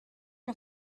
and